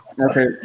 Okay